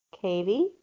Katie